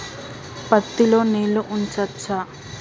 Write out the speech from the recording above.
పత్తి లో నీళ్లు ఉంచచ్చా?